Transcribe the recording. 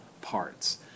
parts